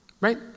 right